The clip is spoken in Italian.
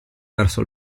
verso